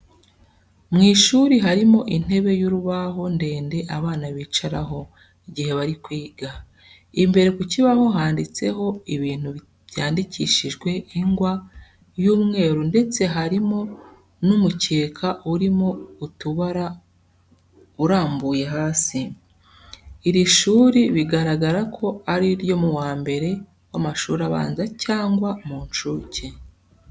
Mu ishuri harimo intebe y'urubaho ndende abana bicaraho igihe bari kwiga. Imbere ku kibaho handitseho ibintu byandikishijwe ingwa y'umweru ndetse harimo n'umukeka urimo utubara urambuye hasi. Iri shuri biragaragara ko ari iryo mu wa mbere w'amashuri abanza cyangwa mu nshuke.